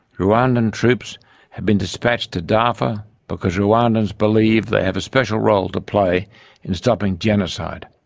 rwandan troops have been dispatched to darfur because rwandans believe they have a special role to play in stopping genocide.